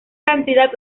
cantidad